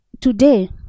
today